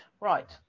Right